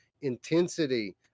intensity